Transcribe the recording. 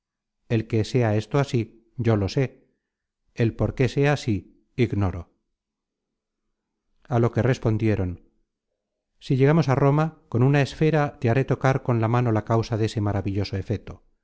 el que sea esto así yo lo sé el por qué sea así ignoro a lo que respondieron si llegamos á roma con una esfera te haré tocar con la mano la causa dese maravilloso efeto